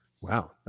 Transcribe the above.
wow